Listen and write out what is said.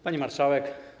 Pani Marszałek!